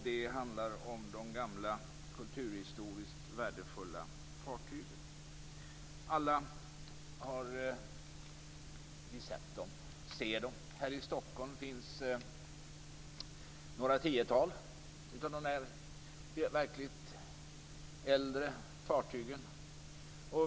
Det handlar om de gamla kulturhistoriskt värdefulla fartygen. Alla har vi sett dem och ser dem. Här i Stockholm finns några tiotal av de verkligt gamla fartygen.